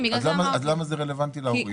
למה זה רלוונטי להורים?